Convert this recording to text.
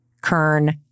Kern